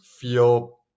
feel